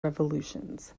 revolutions